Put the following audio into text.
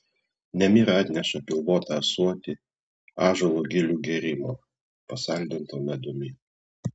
nemira atneša pilvotą ąsotį ąžuolo gilių gėrimo pasaldinto medumi